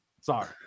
Sorry